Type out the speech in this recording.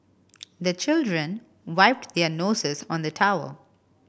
the children wipe their noses on the towel